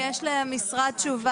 קידום זה משהו שהוא אמורפי.